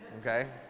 okay